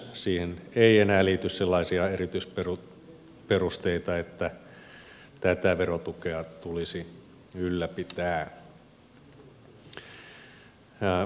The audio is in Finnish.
siihen ei enää liity sellaisia erityisperusteita että tätä verotukea tulisi ylläpitää